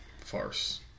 farce